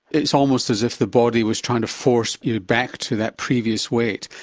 it's almost as if the body was trying to force you back to that previous weight.